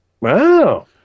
Wow